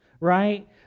right